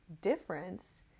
difference